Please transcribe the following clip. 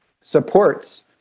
supports